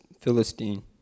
Philistine